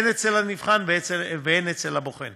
הן אצל הנבחן והן אצל הבוחן,